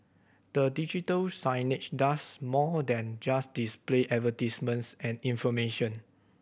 the digital signage does more than just display advertisements and information